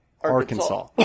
Arkansas